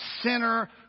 sinner